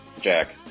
Jack